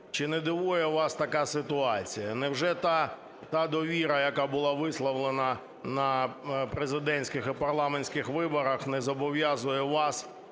Чи не дивує вас така ситуація, невже та довіра, яка була висловлена на президентських і парламентських виборах не зобов'язує вас,